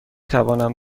توانم